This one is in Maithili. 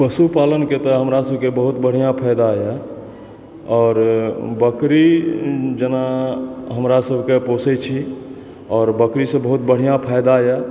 पशुपालनके तऽ हमरा सभके बहुत बढ़िआँ फायदाए आओर बकरी जेना हमरा सभकेँ पोसैत छी आओर बकरीसँ बहुत बढ़िआँ फायदाए